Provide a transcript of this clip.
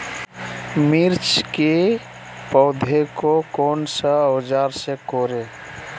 मिर्च की पौधे को कौन सा औजार से कोरे?